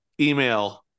email